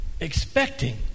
expecting